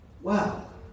Wow